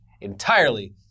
entirely